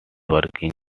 working